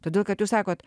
todėl kad jūs sakot